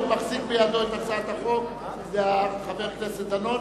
מי שמחזיק בידו את הצעת החוק זה חבר הכנסת דנון,